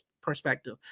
perspective